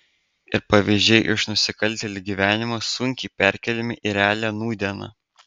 ir pavyzdžiai iš nusikaltėlių gyvenimo sunkiai perkeliami į realią nūdieną